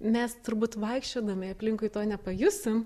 mes turbūt vaikščiodami aplinkui to nepajusim